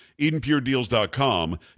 EdenPureDeals.com